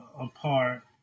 apart